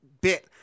bit